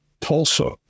Tulsa